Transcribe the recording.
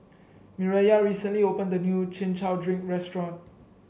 Mireya recently opened a new Chin Chow Drink restaurant